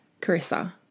Carissa